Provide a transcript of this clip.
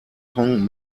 kong